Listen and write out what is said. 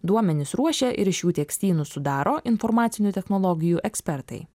duomenis ruošia ir iš jų tekstynus sudaro informacinių technologijų ekspertai